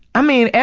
i mean,